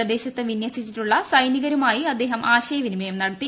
പ്രദേശത്ത് വിന്യസിച്ചിട്ടുളള സൈനികരുമായി അദ്ദേഹം ആശയവിനിമയം നടത്തി